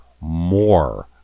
more